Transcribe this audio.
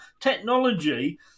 technology